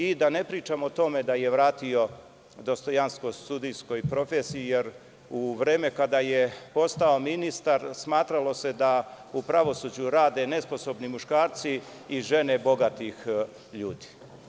I da ne pričam o tome, da je vratio dostojanstvo sudijskoj profesiji, jer u vreme kada je postao ministar smatralo se da u pravosuđu rade nesposobni muškarci i žene bogatih ljudi.